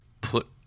put